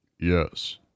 Yes